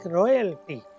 royalty